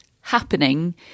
happening